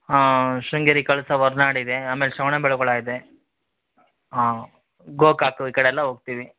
ಹಾಂ ಶೃಂಗೇರಿ ಕಳಸ ಹೊರ್ನಾಡು ಇದೆ ಆಮೇಲೆ ಶ್ರವಣ ಬೆಳಗೊಳ ಇದೆ ಹಾಂ ಗೋಕಾಕ್ ಈ ಕಡೆಯೆಲ್ಲ ಹೋಗ್ತಿವಿ